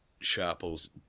Sharples